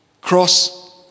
cross